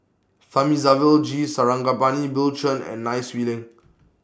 Thamizhavel G Sarangapani Bill Chen and Nai Swee Leng